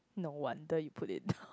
no wonder you put it down